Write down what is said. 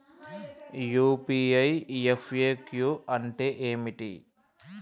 UPI FAQ అంటే ఏమిటి?